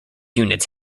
units